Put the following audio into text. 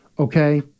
Okay